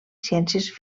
ciències